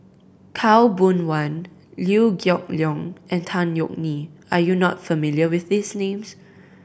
Khaw Boon Wan Liew Geok Leong and Tan Yeok Nee are you not familiar with these names